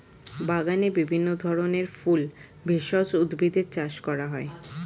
বাগানে বিভিন্ন ধরনের ফুল, ভেষজ উদ্ভিদের চাষ করা হয়